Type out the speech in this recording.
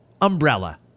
umbrella